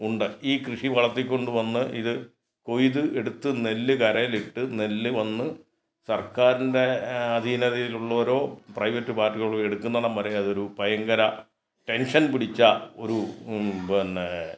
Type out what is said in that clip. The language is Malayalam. ഉണ്ട് ഈ കൃഷി വളർത്തി കൊണ്ട് വന്ന് ഇത് കൊയ്ത് എടുത്ത് നെല്ല് കരയിലിട്ട് നെല്ല് വന്ന് സർക്കാരിൻ്റെ അധീനതയിൽ ഉള്ളവരോ പ്രൈവറ്റ് പാർട്ടികളോ എടുക്കുന്നണം വരെ അതൊരു ഭയങ്കര ടെൻഷൻ പിടിച്ച ഒരു പിന്നെ